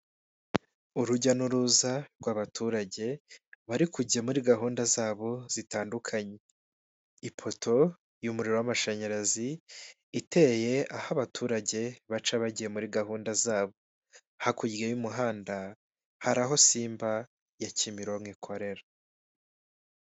Urujya n'uruza rw'abaturage bari kujya muri gahunda zabo zitandukanye, ipoto y'umuriro w'amashanyarazi iteye aho abaturage baca bagiye muri gahunda zabo, hakurya y'umuhanda hari aho Simba ya Kimironko ikorera.